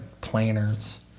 planners